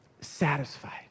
satisfied